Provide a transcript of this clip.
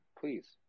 please